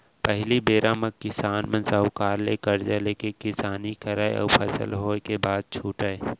पहिली बेरा म किसान मन साहूकार ले करजा लेके किसानी करय अउ फसल होय के बाद छुटयँ